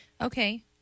Okay